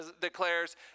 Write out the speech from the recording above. declares